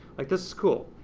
like, this is cool.